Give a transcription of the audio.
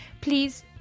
Please